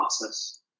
process